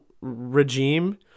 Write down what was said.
regime